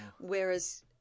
Whereas